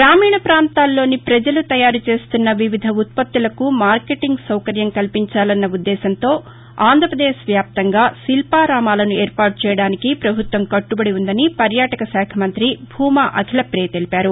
గ్రామీణ పాంతాల్లోని పజలు తయారుచేస్తున్న వివిధ ఉత్పత్తులకు మార్కెటింగ్ సౌకర్యం కల్పించాలన్న ఉద్దేశంతో రాష్ట వ్యాప్తంగా శిల్పారామాలను ఏర్పాటు చేయడానికి ప్రభుత్వం కట్టబడి ఉందని పర్యాటక శాఖ మంతి భూమా అఖిలపియ తెలిపారు